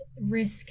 risk